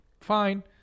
fine